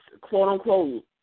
quote-unquote